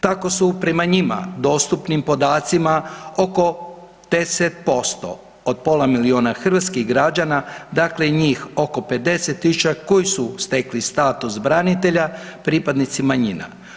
Tako su prema njima dostupnim podacima oko 10% od pola milijuna hrvatskih građana, dakle njih oko 50.000 koji su stekli status branitelja pripadnici manjina.